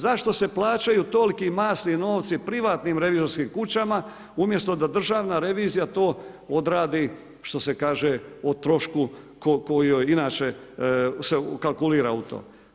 Zašto se plaćaju toliki masni novci privatnim revizorskim kućama, umjesto da državna revizija to odradi, što se kaže o trošku koji joj inače se ukalkulira u to.